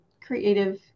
creative